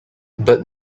but